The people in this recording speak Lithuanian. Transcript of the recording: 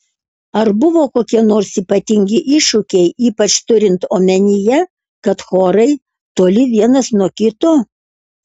ar buvo kokie nors ypatingi iššūkiai ypač turint omenyje kad chorai toli vienas nuo kito